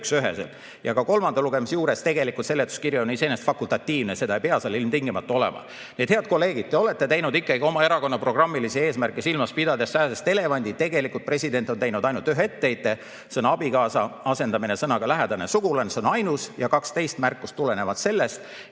Ja ka kolmanda lugemise juures tegelikult seletuskiri on iseenesest fakultatiivne, seda ei pea seal ilmtingimata olema. Nii et head kolleegid, te olete teinud oma erakonna programmilisi eesmärke silmas pidades sääsest elevandi. Tegelikult president on teinud ainult ühe etteheite, sõna "abikaasa" asendamine sõnadega "lähedane sugulane", see on ainus. Kaks teist märkust tulenevad sellest